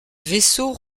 vaisseau